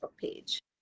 page